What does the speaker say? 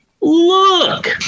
Look